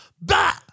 bah